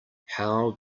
how